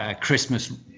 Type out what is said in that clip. Christmas